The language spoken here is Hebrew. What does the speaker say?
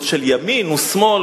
ועוד.